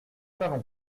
parlons